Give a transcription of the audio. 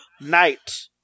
Night